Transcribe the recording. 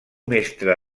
mestre